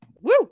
Woo